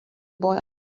boy